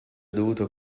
dovuto